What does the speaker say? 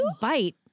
bite